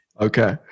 Okay